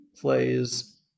plays